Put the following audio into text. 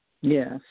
Yes